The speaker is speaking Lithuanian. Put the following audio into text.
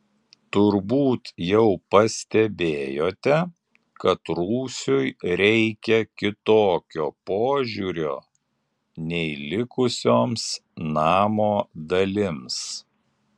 turbūt jau pastebėjote kad rūsiui reikia kitokio požiūrio nei likusioms namo dalims